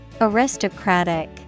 Aristocratic